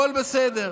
הכול בסדר.